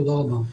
תודה רבה.